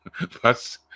Plus